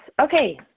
Okay